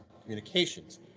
communications